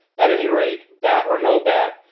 at any rate, bat or no bat,